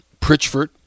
Pritchford